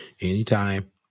anytime